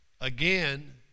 again